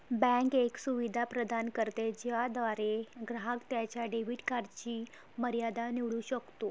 bank एक सुविधा प्रदान करते ज्याद्वारे ग्राहक त्याच्या डेबिट कार्डची मर्यादा निवडू शकतो